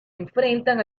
enfrentan